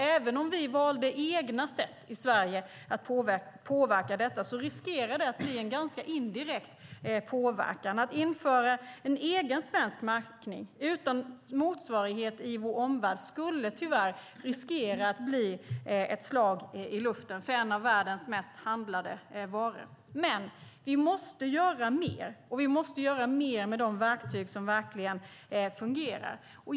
Även om vi i Sverige väljer egna sätt att påverka detta riskerar det att bli en ganska indirekt påverkan. Att införa en egen svensk märkning utan motsvarighet i vår omvärld skulle tyvärr riskera att bli ett slag i luften när det gäller en av världens mest handlade varor. Men vi måste göra mer, och vi måste göra mer med de verktyg som verkligen fungerar.